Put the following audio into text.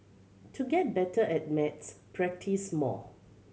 to get better at maths practise more